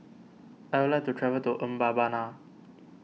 I would like to travel to Mbabana